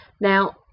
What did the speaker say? now